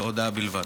זו הודעה בלבד.